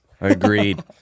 agreed